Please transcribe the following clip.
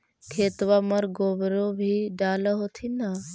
खेतबा मर गोबरो भी डाल होथिन न?